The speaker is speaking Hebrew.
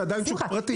אבל בשוק הפרטי.